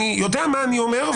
אני יודע מה אני אומר,